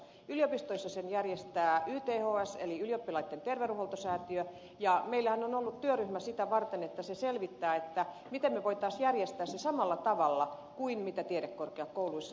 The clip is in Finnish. yliopistoissa sen järjestää yths eli ylioppilaiden terveydenhoitosäätiö ja meillähän on ollut työryhmä sitä varten että se selvittää miten me voisimme järjestää sen samalla tavalla kuin tiedekorkeakouluissa